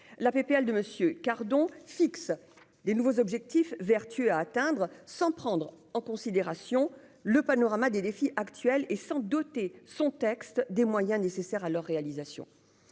La PPL de monsieur. Fixe des nouveaux objectifs vertueux à atteindre sans prendre en considération le panorama des défis actuels et s'doter son texte des moyens nécessaires à leur réalisation.